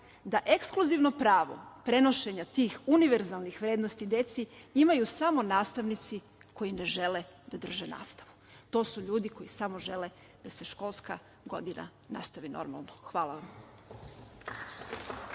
da ekskluzivno pravo prenošenja tih univerzalnih vrednosti deci imaju samo nastavnici koji ne žele da drže nastavu. To su ljudi koji samo žele da se školska godina nastavi normalno. Hvala vam.